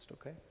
okay